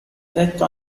detto